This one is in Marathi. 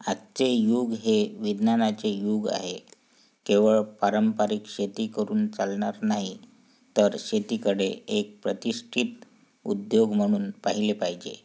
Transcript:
आजचे युग हे विज्ञानाचे युग आहे केवळ पारंपरिक शेती करून चालणार नाही तर शेतीकडे एक प्रतिष्ठित उद्योग म्हणून पाहिले पाहिजे